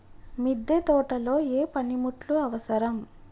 మిద్దె తోటలో ఏ పనిముట్లు అవసరం?